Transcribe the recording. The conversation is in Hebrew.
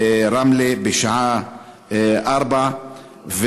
ברמלה בשעה 16:00,